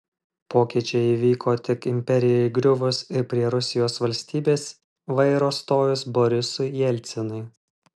pokyčiai įvyko tik imperijai griuvus ir prie rusijos valstybės vairo stojus borisui jelcinui